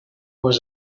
was